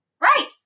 Right